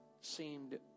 seemed